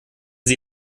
sie